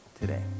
today